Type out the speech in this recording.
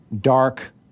dark